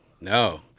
No